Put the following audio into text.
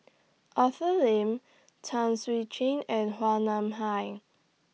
Arthur Lim Tan Swee and Nam Hai